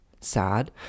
sad